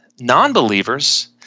non-believers